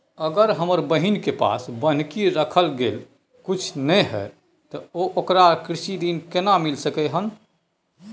अगर हमर बहिन के पास बन्हकी रखय लेल कुछ नय हय त ओकरा कृषि ऋण केना मिल सकलय हन?